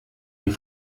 die